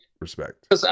Respect